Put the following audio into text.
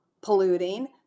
polluting